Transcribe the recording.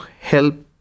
help